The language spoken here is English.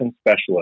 specialist